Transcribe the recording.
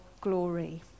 glory